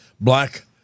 black